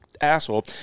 asshole